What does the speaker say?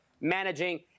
managing